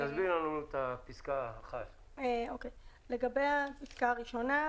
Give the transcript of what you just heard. תסבירי לנו את תקנה 1. לגבי התקנה הראשונה,